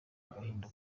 agahinda